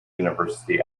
university